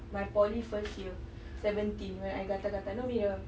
my poly first year seventeen when I gatal-gatal you know bila